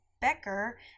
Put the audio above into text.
Becker